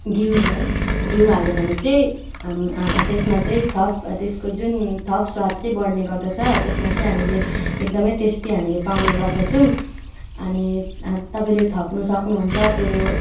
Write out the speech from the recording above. घिउ है घिउ हाल्यौँ भने चैँ त्यसमा चाहिँ थप त्यसको जुन थप स्वाद चाहिँ बढ्ने गर्दछ त्यसमा चाहिँ हामीले एकदमै टेस्टी हामीले पाउने गर्दछौँ अनि तपाईँले थप्नु सक्नुहुन्छ त्यो